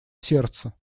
сердце